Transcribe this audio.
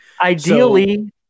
Ideally